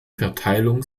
verteilung